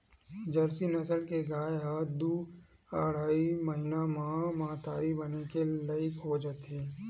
Jersey नसल के गाय ह दू अड़हई महिना म महतारी बने के लइक हो जाथे